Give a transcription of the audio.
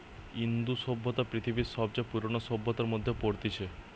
ইন্দু সভ্যতা পৃথিবীর সবচে পুরোনো সভ্যতার মধ্যে পড়তিছে